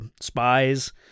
spies